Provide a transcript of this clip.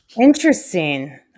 Interesting